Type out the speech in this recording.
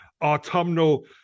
autumnal